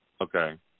Okay